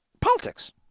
politics